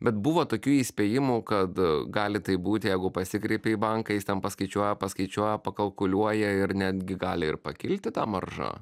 bet buvo tokių įspėjimų kad gali taip būti jeigu pasikreipi į banką jis ten paskaičiuoja paskaičiuoja pakalkuliuoja ir netgi gali ir pakilti ta marža